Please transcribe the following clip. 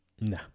No